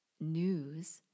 news